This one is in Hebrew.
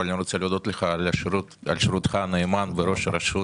ואני רוצה להודות לך על שירותך הנאמן בראש הרשות.